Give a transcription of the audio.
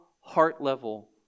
heart-level